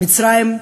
מצרים,